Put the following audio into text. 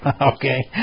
Okay